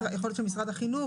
יכול להיות שמשרד החינוך,